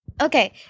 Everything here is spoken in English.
Okay